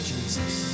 Jesus